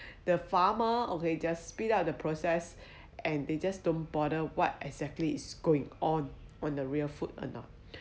the farmer okay just speed up the process and they just don't bother what exactly is going on when the real food or not